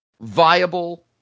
viable